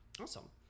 Awesome